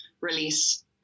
release